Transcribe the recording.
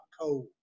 cold